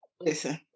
Listen